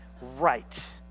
right